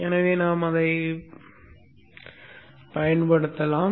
எனவே நாம் அதைப் பயன்படுத்தலாம்